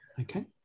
Okay